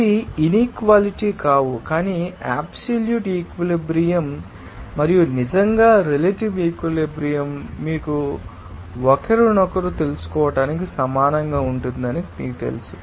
అవి ఇనిక్వాలిటీ కావు కానీ అబ్సల్యూట్ ఈక్విలిబ్రియం త మరియు నిజంగా రిలేటివ్ ఈక్విలిబ్రియం త మీకు ఒకరినొకరు తెలుసుకోవటానికి సమానంగా ఉంటుందని మీకు తెలుసు